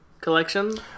collection